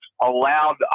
allowed